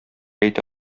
әйтә